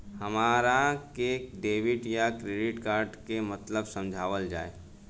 हमरा के डेबिट या क्रेडिट कार्ड के मतलब समझावल जाय?